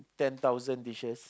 ten thousand dishes